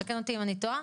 תקן אותי אם אני טועה,